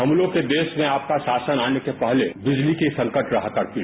हम लोग के देश में आपका शासन आने के पहले बिजली की संकट रहा करती थी